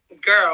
Girl